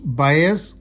bias